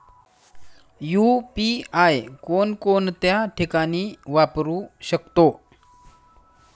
UPI कोणकोणत्या ठिकाणी वापरू शकतो?